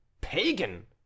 Pagan